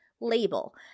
label